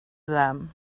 them